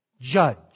Judge